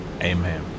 amen